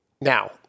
Now